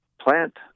plant